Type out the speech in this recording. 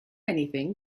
anything